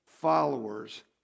followers